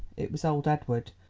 it was old edward,